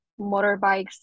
motorbikes